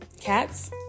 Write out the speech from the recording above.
cats